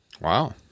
Wow